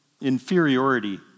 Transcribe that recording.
inferiority